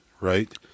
right